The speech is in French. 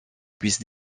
puisse